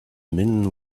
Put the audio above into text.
men